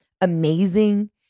amazing